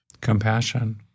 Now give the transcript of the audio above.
Compassion